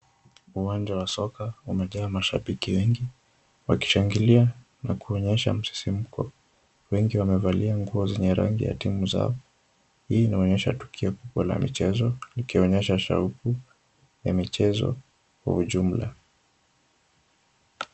Uwanja wa soka umejaa mashabiki wengi wakishangilia na kuonyesha msisimko. Wengi wamevalia nguo zenye rangi ya timu zao. Hii inaonyesha tukio kubwa la michezo likionyesha shauku ya michezo kwa ujumla.